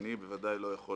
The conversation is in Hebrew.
אני בוודאי לא יכול